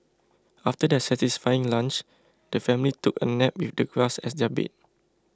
after their satisfying lunch the family took a nap with the grass as their bed